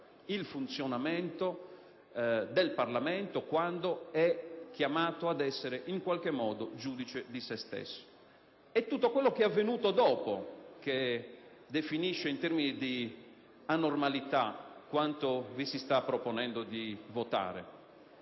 il funzionamento del Parlamento, quando è chiamato ad essere in qualche modo giudice di se stesso. È tutto ciò che è avvenuto dopo che definisce in termini di anormalità quanto si sta proponendo di votare.